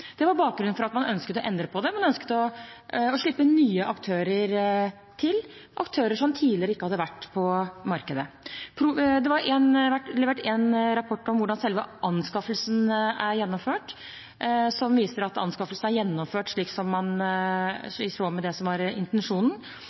Det var bakgrunnen for at man ønsket å endre på det, man ønsket å slippe nye aktører til, aktører som tidligere ikke hadde vært på markedet. Det har vært levert en rapport om hvordan selve anskaffelsen er gjennomført, som viser at anskaffelsen er gjennomført i tråd med det som var intensjonen.